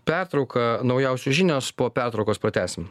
pertrauką naujausios žinios po pertraukos pratęsim